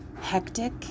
hectic